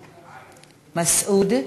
מסעוד,